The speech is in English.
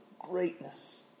greatness